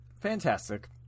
Fantastic